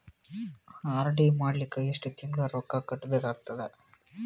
RD ಮಾಡಲಿಕ್ಕ ಎಷ್ಟು ತಿಂಗಳ ರೊಕ್ಕ ಕಟ್ಟಬೇಕಾಗತದ?